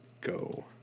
go